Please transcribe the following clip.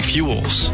Fuels